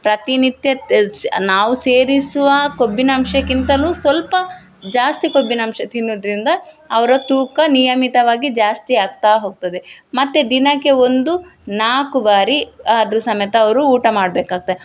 ಪ್ರತಿನಿತ್ಯ ನಾವು ಸೇವಿಸುವ ಕೊಬ್ಬಿನ ಅಂಶಕ್ಕಿಂತಲು ಸ್ವಲ್ಪ ಜಾಸ್ತಿ ಕೊಬ್ಬಿನಂಶ ತಿನ್ನೋದ್ರಿಂದ ಅವರ ತೂಕ ನಿಯಮಿತವಾಗಿ ಜಾಸ್ತಿ ಆಗ್ತಾ ಹೋಗ್ತದೆ ಮತ್ತೆ ದಿನಕ್ಕೆ ಒಂದು ನಾಲ್ಕು ಬಾರಿ ಆದರು ಸಮೇತ ಅವರು ಊಟ ಮಾಡಬೇಕಾಗ್ತೆ